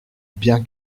bien